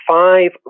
five